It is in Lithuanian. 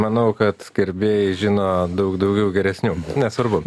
manau kad gerbėjai žino daug daugiau geresnių nesvarbu